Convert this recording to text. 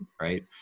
Right